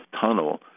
tunnel